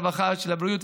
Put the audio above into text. הרווחה והבריאות,